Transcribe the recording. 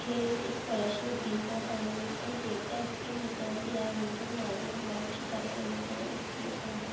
खे स्कॉलरशिप ॾींदा आहिनि ऐं जेका स्कीम निकिरंदी आहे उन जो नालो मंचकला अनुदान स्कीम आहे